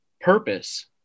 purpose